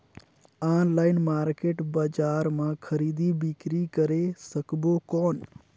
Online market बजार मां खरीदी बीकरी करे सकबो कौन?